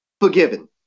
forgiven